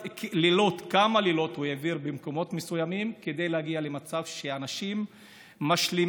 כמה לילות הוא העביר במקומות מסוימים כדי להגיע למצב שאנשים משלימים,